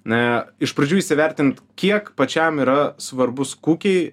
na iš pradžių įsivertint kiek pačiam yra svarbūs kukiai